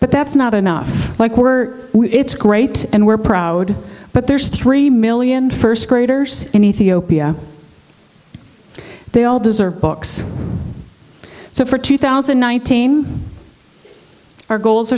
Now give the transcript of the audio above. but that's not enough like we're it's great and we're proud but there's three million first graders in ethiopia they all deserve books so for two thousand and nineteen our goals